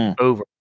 Over